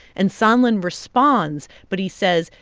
and sondland responds, but he says,